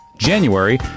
january